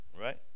right